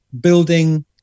building